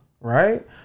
right